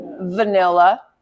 vanilla